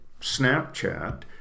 Snapchat